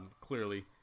clearly